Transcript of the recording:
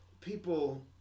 people